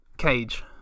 cage